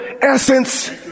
essence